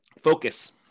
Focus